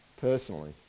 personally